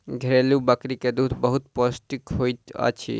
घरेलु बकरी के दूध बहुत पौष्टिक होइत अछि